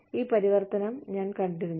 ഈ പരിവർത്തനം ഞങ്ങൾ കണ്ടു